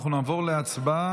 אנחנו נעבור להצבעה.